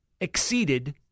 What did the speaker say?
exceeded